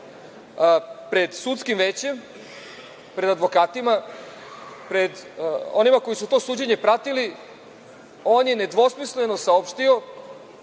sudskim većem, pred advokatima, pred onima koji su to suđene pratili, on je nedvosmisleno saopštio